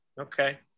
Okay